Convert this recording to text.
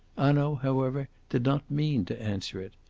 hanaud, however, did not mean to answer it.